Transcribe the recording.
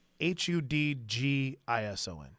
H-U-D-G-I-S-O-N